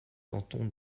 canton